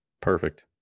Perfect